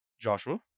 Joshua